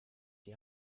die